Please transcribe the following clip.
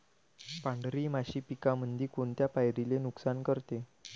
पांढरी माशी पिकामंदी कोनत्या पायरीले नुकसान करते?